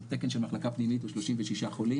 תקן של מחלקה פנימית הוא 36 חולים,